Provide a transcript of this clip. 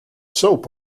soap